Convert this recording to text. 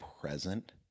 present